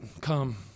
come